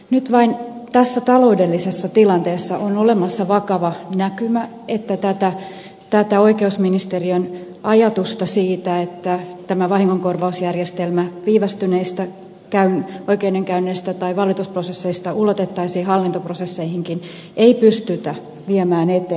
nyt vain tässä taloudellisessa tilanteessa on olemassa vakava näkymä että tätä oikeusministeriön ajatusta siitä että tämä vahingonkorvausjärjestelmä viivästyneistä oikeudenkäynneistä tai valitusprosesseista ulotettaisiin hallintoprosesseihinkin ei pystytä viemään eteenpäin